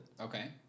Okay